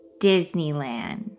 Disneyland